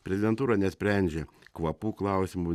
prezidentūra nesprendžia kvapų klausimų